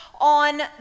on